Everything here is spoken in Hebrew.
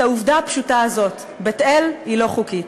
את העובדה הפשוטה הזאת: בית-אל היא לא חוקית.